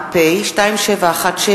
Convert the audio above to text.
אורית זוארץ,